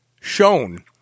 shown